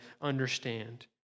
understand